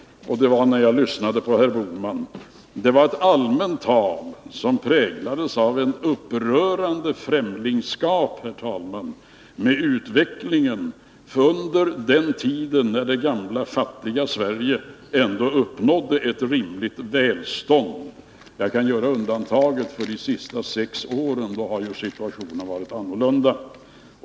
När jag lyssnade till herr Bohman tyckte jag att hans allmänna tal präglades av ett upprörande främlingskap för utvecklingen under den tid det gamla fattiga Sverige uppnådde ett rimligt välstånd. Jag kan göra undantag för de senaste sex åren, då har situationen varit annorlunda.